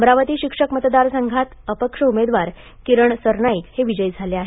अमरावती शिक्षक मतदार संघात अपक्ष उमेदवार किरण सरनाईक हे विजयी झाले आहेत